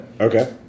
Okay